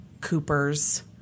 Cooper's